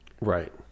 right